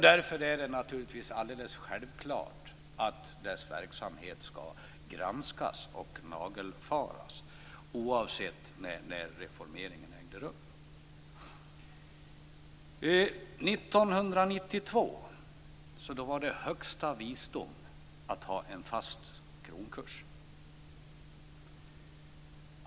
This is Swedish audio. Därför är det naturligtvis alldeles självklart att dess verksamhet skall granskas och nagelfaras oavsett när reformeringen ägde rum. År 1992 var det högsta visdom att ha en fast kronkurs.